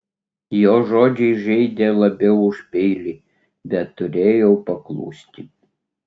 jo žodžiai žeidė labiau už peilį bet turėjau paklusti